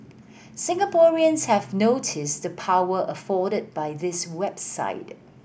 Singaporeans have noticed the power afforded by this website